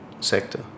sector